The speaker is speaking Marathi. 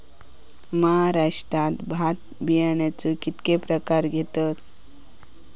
महाराष्ट्रात भात बियाण्याचे कीतके प्रकार घेतत?